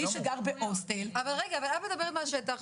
מי שגר בהוסטל --- את מדברת מהשטח,